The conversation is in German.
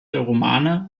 romane